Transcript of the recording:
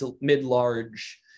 mid-large